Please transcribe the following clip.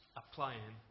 applying